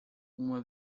uma